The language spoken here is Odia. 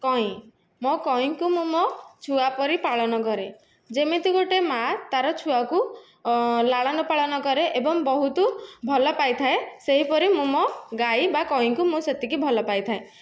କଇଁ ମୋ କଇଁକୁ ମୁଁ ମୋ ଛୁଆ ପରି ପାଳନ କରେ ଯେମିତି ଗୋଟିଏ ମାଆ ତାର ଛୁଆକୁ ଲାଳନ ପାଳନ କରେ ଏବଂ ବହୁତ ଭଲ ପାଇଥାଏ ସେହିପରି ମୁଁ ମୋ ଗାଈ ବା କଇଁକୁ ମୁଁ ସେତିକି ଭଲ ପାଇଥାଏ